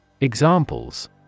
Examples